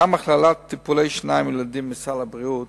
גם הכללת טיפולי שיניים לילדים בסל הבריאות